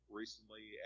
recently